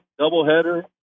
doubleheader